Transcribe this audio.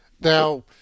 Now